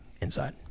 inside